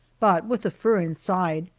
but with the fur inside,